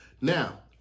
Now